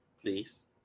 please